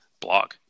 blog